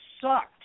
sucked